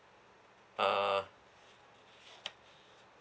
uh